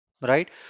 right